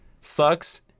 sucks